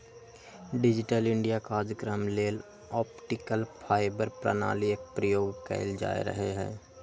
digital India काजक्रम लेल optical fibre प्रणाली एक प्रयोग कएल जा रहल हइ